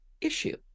issue